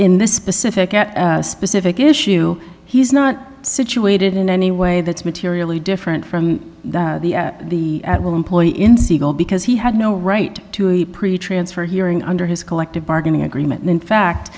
in this specific at specific issue he's not situated in any way that's materially different from the at will employee in siegel because he had no right to a pretty transfer hearing under his collective bargaining agreement and in fact